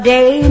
Day